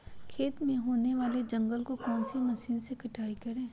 खेत में होने वाले जंगल को कौन से मशीन से कटाई करें?